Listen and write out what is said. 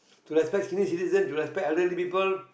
to respect senior citizen to respect elderly people